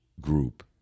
group